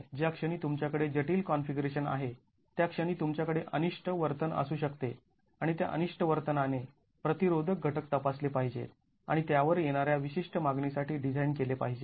ज्या क्षणी तुमच्या कडे जटील कॉन्फिगरेशन आहे त्या क्षणी तुमच्याकडे अनिष्ट वर्तन असू शकते आणि त्या अनिष्ट वर्तनाने प्रतिरोधक घटक तपासले पाहिजेत आणि त्यावर येणाऱ्या विशिष्ट मागणीसाठी डिझाईन केले पाहिजे